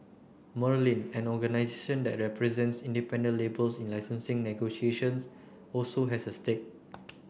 Merlin an organisation that represents independent labels in licensing negotiations also has a stake